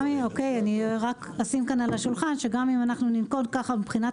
רק אשים כאן על השולחן שגם אם ננקוט ככה מבחינת